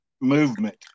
movement